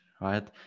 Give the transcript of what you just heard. Right